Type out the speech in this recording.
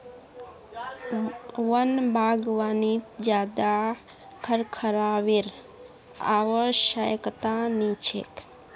वन बागवानीत ज्यादा रखरखावेर आवश्यकता नी छेक